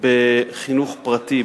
בחינוך פרטי,